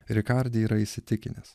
rikardai yra įsitikinęs